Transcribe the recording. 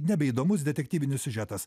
nebeįdomus detektyvinis siužetas